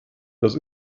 das